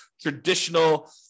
traditional